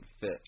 fit